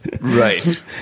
right